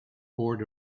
poured